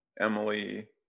Emily